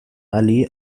allee